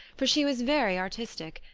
for she was very artistic,